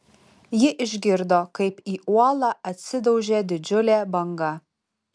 ji išgirdo kaip į uolą atsidaužė didžiulė banga